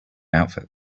outfit